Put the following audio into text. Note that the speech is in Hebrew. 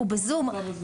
הוא בזום.